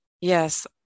Yes